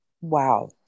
Wow